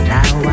Now